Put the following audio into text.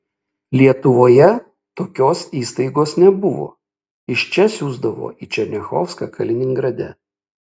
lietuvoje tokios įstaigos nebuvo iš čia siųsdavo į černiachovską kaliningrade